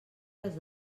les